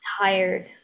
tired